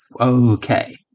okay